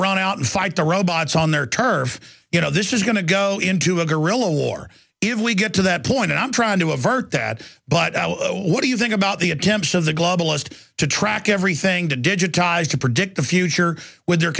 run out and fight the robots on their turf you know this is going to go into a guerrilla war if we get to that point i'm trying to avert that but what do you think about the attempts of the globalist to track everything to digitise to predict the future with their